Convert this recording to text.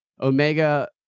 Omega